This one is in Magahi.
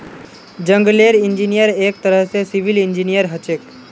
जंगलेर इंजीनियर एक तरह स सिविल इंजीनियर हछेक